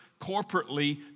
corporately